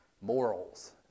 morals